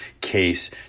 case